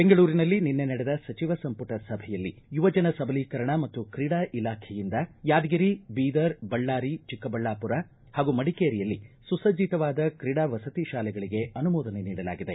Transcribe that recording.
ಬೆಂಗಳೂರಿನಲ್ಲಿ ನಿನ್ನೆ ನಡೆದ ಸಚಿವ ಸಂಪುಟ ಸಭೆಯಲ್ಲಿ ಯುವಜನ ಸಬಲೀಕರಣ ಮತ್ತು ಕ್ರೀಡಾ ಇಲಾಖೆಯಿಂದ ಯಾದಗಿರಿ ಬೀದರ ಬಳ್ಳಾರಿ ಚಿಕ್ಕಬಳ್ಳಾಪುರ ಹಾಗೂ ಮಡಿಕೇರಿಯಲ್ಲಿ ಸುಸಜ್ಜತವಾದ ಕ್ರೀಡಾ ವಸತಿ ಶಾಲೆಗಳಿಗೆ ಅನುಮೋದನೆ ನೀಡಲಾಗಿದೆ